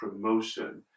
promotion